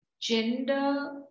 gender